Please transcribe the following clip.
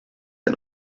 and